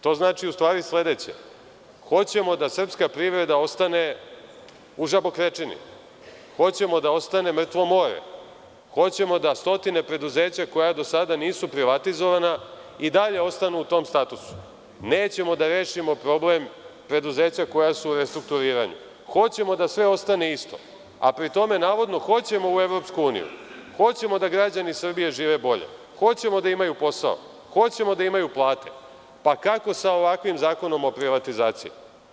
To znači sledeće: hoćemo da srpska privreda ostane u žabokrečini, hoćemo da ostane mrtvo more, hoćemo da stotine preduzeća, koja do sada nisu privatizovana, i dalje ostanu u tom statusu, nećemo da rešimo problem preduzeća koja su u restrukturiranju, hoćemo da sve ostane isto, a pri tome navodno hoćemo u EU, hoćemo da građani Srbije žive bolje, hoćemo da imaju posao, hoćemo da imaju plate, pa kako sa ovakvim Zakonom o privatizaciji.